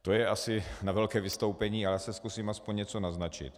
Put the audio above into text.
To je asi na velké vystoupení, ale já zkusím aspoň něco naznačit.